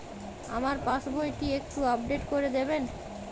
আমার পাসবই টি একটু আপডেট করে দেবেন?